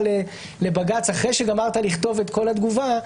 לבג"ץ אחרי שגמרת לכתוב את כל התגובה,